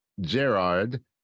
Gerard